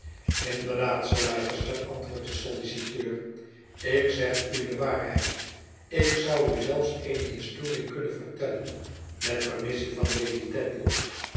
inderdaad sir leicester antwoordt de solliciteur ik zeg u de waarheid ik zou u zelfs eene historie kunnen vertellen met permissie van lady